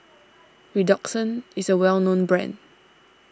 Redoxon is a well known brand